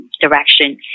direction